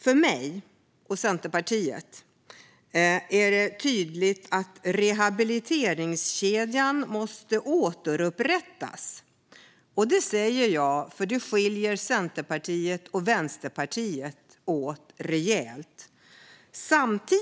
För mig och Centerpartiet är det tydligt att rehabiliteringskedjan måste återupprättas. Här skiljer sig Centerpartiet och Vänsterpartiet åt rejält.